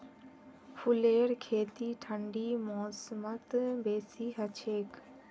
फूलेर खेती ठंडी मौसमत बेसी हछेक